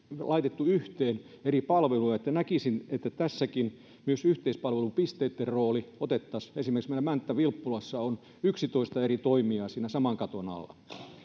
laitettu yhteen eri palveluja näkisin että tässäkin myös yhteispalvelupisteitten rooli otettaisiin huomioon esimerkiksi meillä mänttä vilppulassa on yksitoista eri toimijaa siinä saman katon alla